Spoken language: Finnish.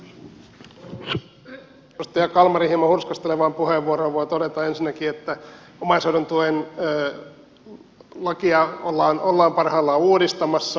edustaja kalmarin hieman hurskastelevaan puheenvuoroon voi todeta ensinnäkin että omaishoidon tuen lakia ollaan parhaillaan uudistamassa